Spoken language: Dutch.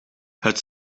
het